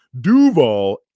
Duval